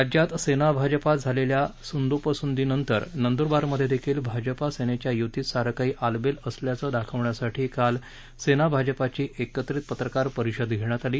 राज्यात सेना भाजपात झालेल्या सुंदोपसुंदी नंतर नंदुरबार मध्ये भाजपा सेनेच्या युतीत सारं काही आलबेल असल्याचं दाखवण्यासाठी काल सेना भाजपाची एकत्रीत पत्रकार परिषद घेण्यात आली